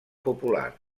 popular